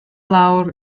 lawr